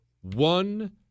one